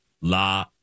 La